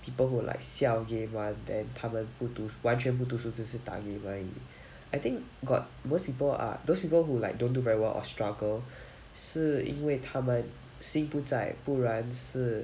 people who like siao game [one] then 他们不读完全不读书只是打 game 而已 I think got most people are those people who like don't do very well or struggle 是因为他们心不在不然是